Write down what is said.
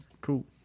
Cool